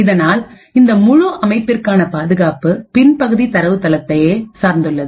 இதனால் இந்த முழு அமைப்பிற்கான பாதுகாப்பு பின்பகுதி தளத்தையே சார்ந்துள்ளது